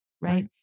right